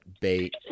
bait